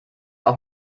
auch